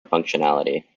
functionality